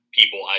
people